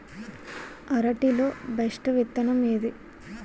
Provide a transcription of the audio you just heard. అరటి లో బెస్టు విత్తనం ఏది?